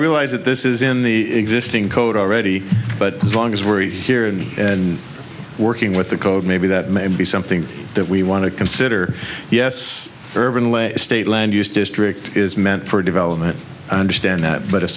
realize that this is in the existing code already but as long as we're a here and working with the code maybe that may be something that we want to consider yes urban lay a state land use district is meant for development i understand that but if